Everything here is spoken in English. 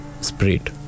Spirit